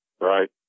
right